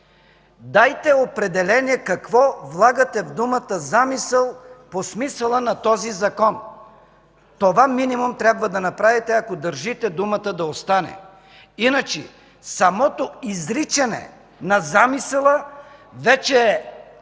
дайте определение какво влагате в думата „замисъл” по смисъла на този Закон. Това минимум трябва да направите, ако държите думата да остане. Иначе, самото изричане на замисъла вече е